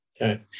Okay